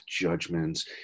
judgments